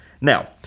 Now